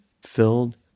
filled